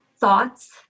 thoughts